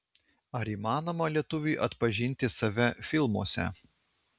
ar įmanoma lietuviui atpažinti save filmuose